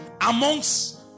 amongst